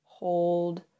hold